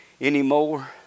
anymore